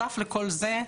ובנוסף לכל זה,